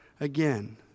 again